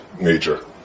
major